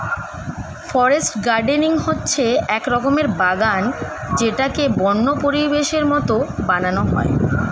forest gardening হচ্ছে এক রকমের বাগান যেটাকে বন্য পরিবেশের মতো বানানো হয়